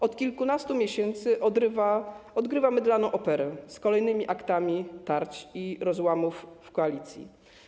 Od kilkunastu miesięcy odgrywa mydlaną operę z kolejnymi aktami tarć i rozłamów w koalicji.